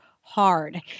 hard